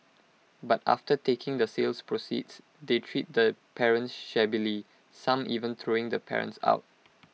but after taking the sales proceeds they treat the parents shabbily some even throwing the parents out